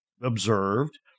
observed